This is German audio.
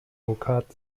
burchard